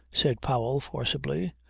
said powell forcibly.